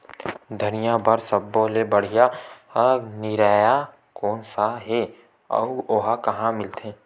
धनिया बर सब्बो ले बढ़िया निरैया कोन सा हे आऊ ओहा कहां मिलथे?